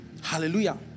Hallelujah